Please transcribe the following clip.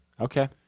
Okay